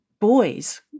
Boys